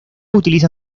utiliza